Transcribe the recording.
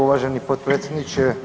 uvaženi potpredsjedniče.